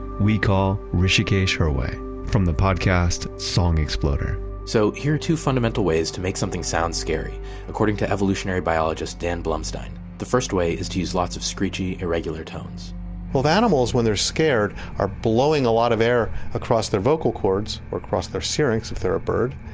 we call hrishikesh hirway from the podcast song exploder so here are two fundamental ways to make something sound scary according to evolutionary biologist dan blumstein. the first way is to use lots of screechy, irregular tones well, animals, when they're scared, are blowing a lot of air across their vocal cords or across their syrinx, if they're a bird,